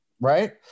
right